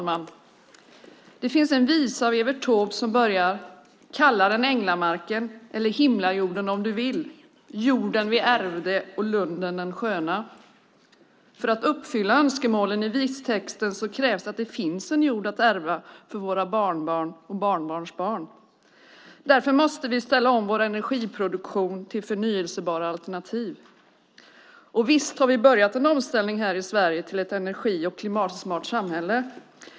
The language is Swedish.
Fru talman! En visa av Evert Taube börjar så här: Kalla den änglamarken eller himlajorden om du vill, jorden vi ärvde och lunden den gröna. För att uppfylla önskemålen i vistexten krävs det att det finns en jord att ärva för våra barnbarn och barnbarnsbarn. Därför måste vi ställa om vår energiproduktion till förnybara alternativ. Visst har vi här i Sverige påbörjat en omställning till ett energi och klimatsmart samhälle.